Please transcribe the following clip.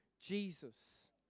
Jesus